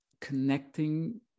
connecting